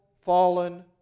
fallen